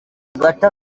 agathe